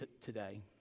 today